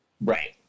Right